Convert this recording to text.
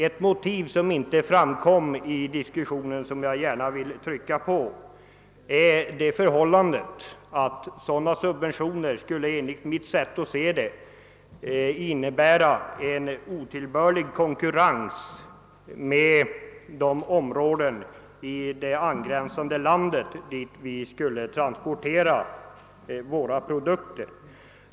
Ett argument som inte framkom i diskussionen men som jag gärna vill betona gäller det förhållandet, att sådana subventioner som jag ser det skulle innebära en otillbörlig konkurrens med de områden i det angränsande landet, till vilka vi transporterar våra produkter.